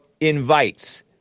invites